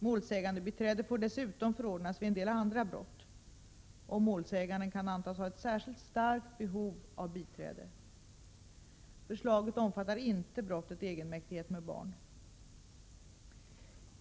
Målsägandebiträde får dessutom förordnas vid en del andra brott, om målsäganden kan antas ha ett särskilt starkt behov av biträde. Förslaget omfattar inte brottet egenmäktighet med barn.